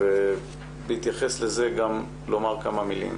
אתמול ובהתייחס לזה גם לומר כמה מילים,